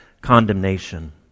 condemnation